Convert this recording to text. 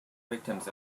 victims